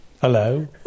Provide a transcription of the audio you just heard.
Hello